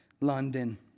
London